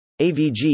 AVG